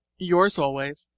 yours always,